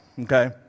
Okay